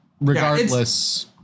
regardless